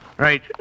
Right